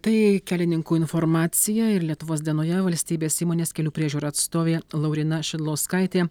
tai kelininkų informacija ir lietuvos dienoje valstybės įmonės kelių priežiūra atstovė lauryna šidlauskaitė